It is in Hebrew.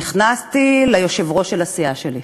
נכנסתי ליושב-ראש של הסיעה שלי,